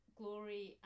glory